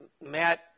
Matt